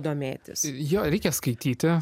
domėtis jo reikia skaityti